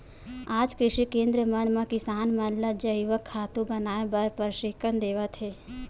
आज कृषि केंद्र मन म किसान मन ल जइविक खातू बनाए बर परसिक्छन देवत हे